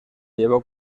llevó